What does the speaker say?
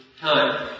time